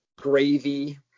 gravy –